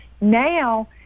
now